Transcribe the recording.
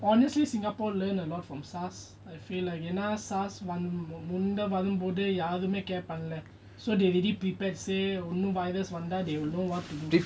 honestly singapore learn a lot from SARS I feel வரும்போதுயாருனுகேட்பாங்களா:varumpothu yarunu ketpangala so they really prepared say when virus develop they will know what to do